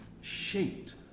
shaped